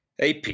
AP